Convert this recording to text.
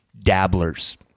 dabblers